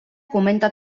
comenta